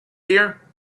here